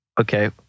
Okay